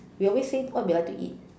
we always say what we like to eat